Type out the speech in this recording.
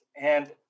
and-